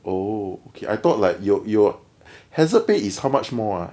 oh okay I thought like your your hazard pay is how much more